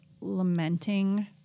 lamenting